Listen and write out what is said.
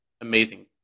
amazing